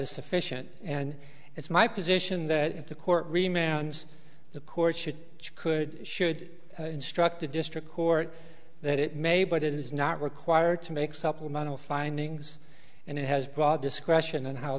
is sufficient and it's my position that if the court remains the court should could should instructed district court that it may but it is not required to make supplemental findings and it has broad discretion and how